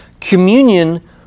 communion